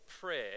prayer